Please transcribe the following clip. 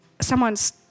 someone's